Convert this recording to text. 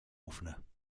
oefenen